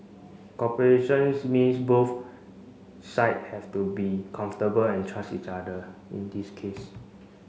cooperation's means both side have to be comfortable and trust each other in this case